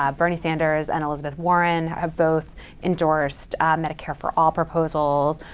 um bernie sanders and elizabeth warren have both endorsed medicare for all proposals,